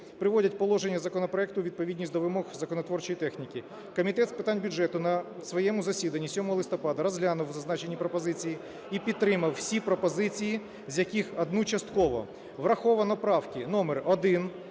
приводять положення законопроекту у відповідність до вимог законотворчої техніки. Комітет з питань бюджету на своєму засіданні 7 листопада розглянув зазначені пропозиції і підтримав усі пропозиції, з яких одну частково. Враховано правки номер 1,